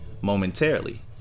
momentarily